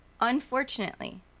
Unfortunately